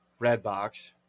Redbox